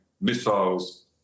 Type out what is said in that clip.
missiles